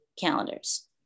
calendars